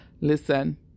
Listen